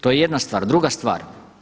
To je jedna stvar, druga stvar.